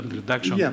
reduction